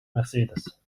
mercedes